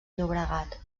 llobregat